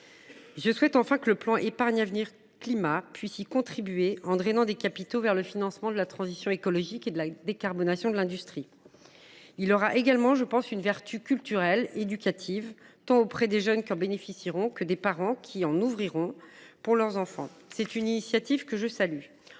Je souhaite enfin que le plan d’épargne avenir climat puisse y contribuer, en drainant des capitaux vers le financement de la transition écologique et de la décarbonation de l’industrie. Il aura également une vertu culturelle et éducative, tant auprès des jeunes qui en bénéficieront que des parents qui en ouvriront pour leurs enfants. C’est une initiative que je salue.